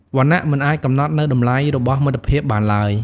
វណ្ណៈមិនអាចកំណត់នូវតម្លៃរបស់មិត្តភាពបានឡើយ។